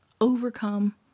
overcome